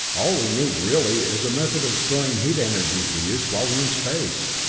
all we need, really, is a method of storing heat energy for use while we're in space.